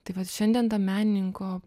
tai vat šiandien ta menininko